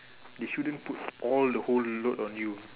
they shouldn't put all the whole load on you